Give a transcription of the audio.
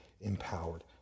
empowered